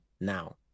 now